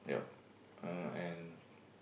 yup uh and